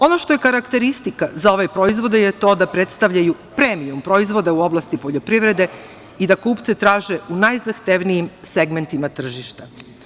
Ono što je karakteristika za ove proizvode je to da predstavljaju premijum proizvoda u oblasti poljoprivrede i da kupce traže u najzahtevnijim segmentima tržišta.